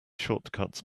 shortcuts